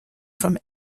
from